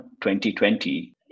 2020